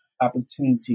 opportunity